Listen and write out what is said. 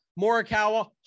Morikawa